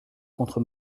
contre